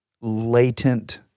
latent